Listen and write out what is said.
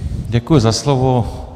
Děkuji za slovo.